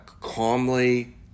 calmly